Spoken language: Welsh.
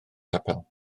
capel